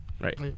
Right